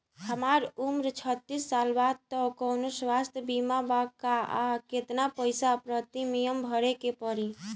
हमार उम्र छत्तिस साल बा त कौनों स्वास्थ्य बीमा बा का आ केतना पईसा प्रीमियम भरे के पड़ी?